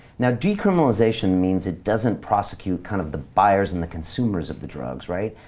now decriminalisation means it doesn't prosecute kind of the buyers and the consumers of the drugs, right?